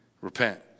repent